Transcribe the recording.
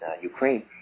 Ukraine